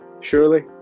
Surely